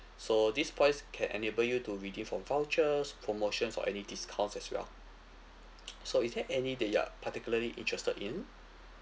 so these points can enable you to redeem for vouchers promotions or any discounts as well so is there any that you are particularly interested in